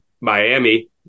Miami